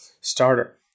starter